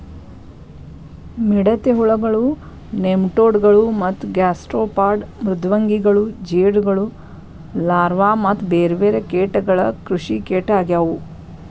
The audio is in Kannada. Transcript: ಮಿಡತೆ ಹುಳಗಳು, ನೆಮಟೋಡ್ ಗಳು ಮತ್ತ ಗ್ಯಾಸ್ಟ್ರೋಪಾಡ್ ಮೃದ್ವಂಗಿಗಳು ಜೇಡಗಳು ಲಾರ್ವಾ ಮತ್ತ ಬೇರ್ಬೇರೆ ಕೇಟಗಳು ಕೃಷಿಕೇಟ ಆಗ್ಯವು